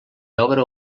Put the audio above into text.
obra